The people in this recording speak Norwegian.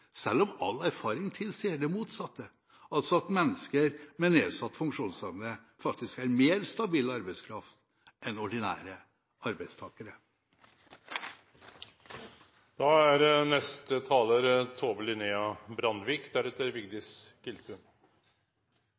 selv om all erfaring tilsier det motsatte, altså at mennesker med nedsatt funksjonsevne faktisk er mer stabil arbeidskraft enn ordinære arbeidstakere. Debatten så langt har klart å holde seg til menneskerettigheter, likeverd og likestilling. Jeg tror det er